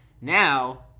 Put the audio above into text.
now